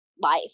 life